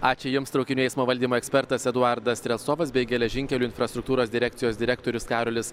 ačiū jums traukinių eismo valdymo ekspertas eduardas strelcovas bei geležinkelių infrastruktūros direkcijos direktorius karolis